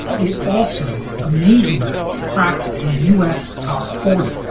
it also amazingly cracked the u s. top forty,